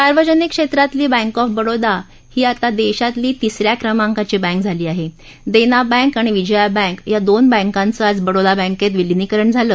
सार्वजनिक क्षस्तितली bank of Baroda ही आता दश्येतली तिस या क्रमांकाची बँक झाली आह देसी बँक आणि विजया बँक या दोन बँकांचं आज बडोदा बँकत्त विलीनीकरण झालं